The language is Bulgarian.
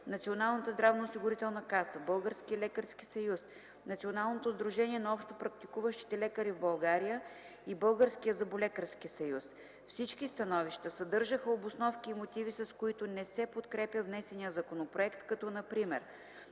Националната здравноосигурителна каса, Българския лекарски съюз, Националното сдружение на общопрактикуващите лекари в България и Българския зъболекарски съюз. Всички становища съдържаха обосновки и мотиви, с които не се подкрепя внесения законопроект, като например: